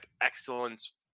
excellence